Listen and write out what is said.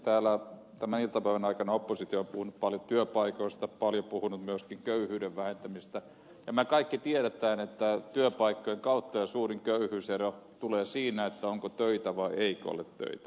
täällä tämän iltapäivän aikana oppositio on puhunut paljon työpaikoista paljon puhunut myöskin köyhyyden vähentämisestä ja me kaikki tiedämme että työpaikkojen kautta suurin köyhyysero tulee siinä onko töitä vai eikö ole töitä